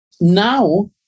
Now